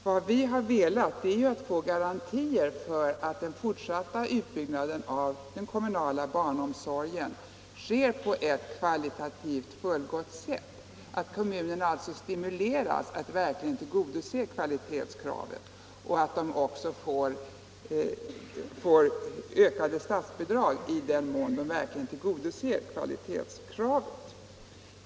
Vad vi velat är att få garantier för att den fortsatta utbyggnaden av den kommunala barnomsorgen sker på ett kvalitativt fullgott sätt, att kommunerna alltså stimuleras att verkligen tillgodose kvalitetskravet och att de också får ökat statsbidrag i den mån de verkligen tillgodoser kvalitetskravet.